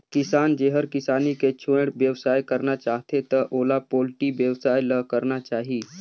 किसान जेहर किसानी के छोयड़ बेवसाय करना चाहथे त ओला पोल्टी बेवसाय ल करना चाही